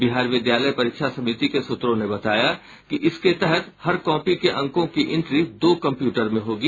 बिहार विद्यालय परीक्षा समिति के सूत्रों ने बताया कि इसके तहत हर कॉपी के अंकों की इंट्री दो कंप्यूटर में होगी